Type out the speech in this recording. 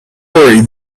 worry